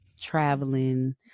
traveling